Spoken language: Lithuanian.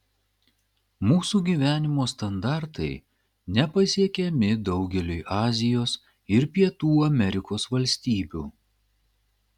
mūsų gyvenimo standartai nepasiekiami daugeliui azijos ir pietų amerikos valstybių